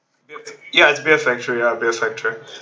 ya it's beer factory ya beer factory